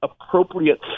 appropriate